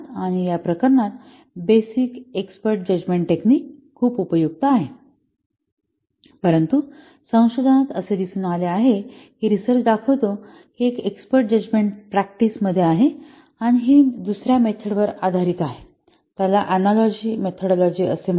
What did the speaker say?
या प्रकरणात basic expert judgement technique उपयुक्त आहे परंतु संशोधनात असे दिसून आले आहे की रिसर्च दाखवतो कि एक्स्पर्ट जजमेंट प्रॅक्टिस मध्ये आहे आणि हि दुसऱ्या मेथड वर आधारित आहे त्याला अनालॉजि मेथडलॉजि असे म्हणतात